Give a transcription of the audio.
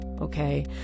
okay